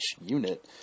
unit